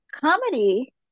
comedy